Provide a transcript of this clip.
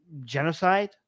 genocide